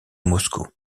moscou